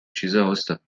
چیزا، استاد